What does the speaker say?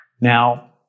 Now